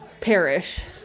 perish